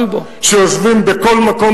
שיושבים בכל מקום,